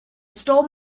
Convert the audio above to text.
stole